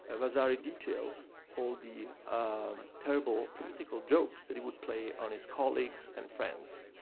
ah vasari details all the terrible practical jokes that he would play on his colleagues and friends.